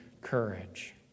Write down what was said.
courage